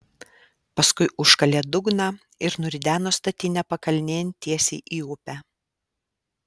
paskui užkalė dugną ir nurideno statinę pakalnėn tiesiai į upę